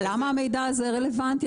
למה המידע הזה רלוונטי?